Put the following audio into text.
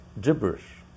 gibberish